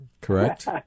correct